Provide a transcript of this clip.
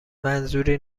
منظوری